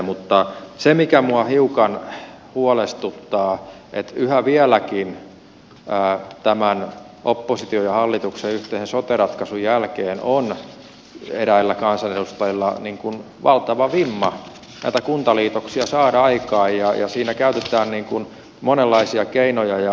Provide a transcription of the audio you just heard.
mutta se mikä minua hiukan huolestuttaa on se että yhä vieläkin tämän opposition ja hallituksen yhteisen sote ratkaisun jälkeen on eräillä kansanedustajilla valtava vimma näitä kuntaliitoksia saada aikaan ja siinä käytetään monenlaisia keinoja houkuttelemaan